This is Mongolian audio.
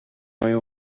оюун